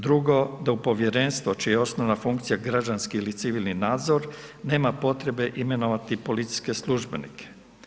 Drugo, da u povjerenstvo, čija je osnovna funkcija, građanski ili civilni nadzor, nema potrebe imenovati policijske službenike.